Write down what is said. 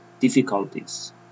difficulties